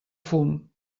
fum